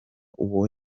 uwo